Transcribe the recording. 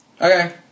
Okay